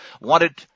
wanted